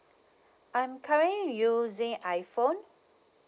I'm currently using iphone